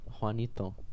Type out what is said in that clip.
Juanito